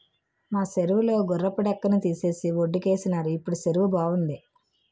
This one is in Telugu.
మా సెరువు లో గుర్రపు డెక్కని తీసేసి వొడ్డుకేసినారు ఇప్పుడు సెరువు బావుంది